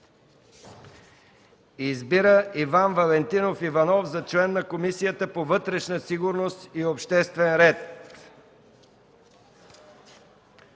Иван Валентинов Иванов за член на Комисията по вътрешна сигурност и обществен ред,